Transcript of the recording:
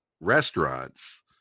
restaurants